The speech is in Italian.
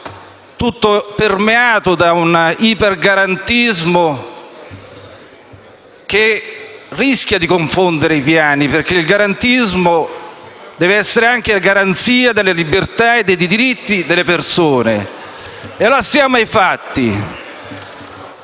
permeato da un ipergarantismo che rischia di confondere i piani, perché il garantismo deve essere anche la garanzia delle libertà e dei diritti delle persone. Passiamo ai fatti.